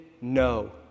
no